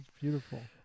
beautiful